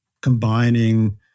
combining